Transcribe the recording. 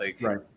Right